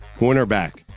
Cornerback